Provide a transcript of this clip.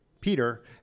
Peter